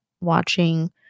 watching